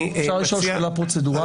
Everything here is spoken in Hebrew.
אפשר לשאול שאלה פרוצדורלית?